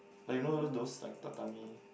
like you know those those like tatami